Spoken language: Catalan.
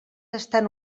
estan